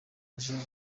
aje